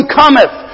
cometh